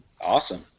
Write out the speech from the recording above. Awesome